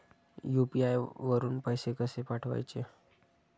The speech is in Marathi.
यु.पी.आय वरून पैसे कसे पाठवायचे?